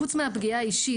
חוץ מהפגיעה האישית,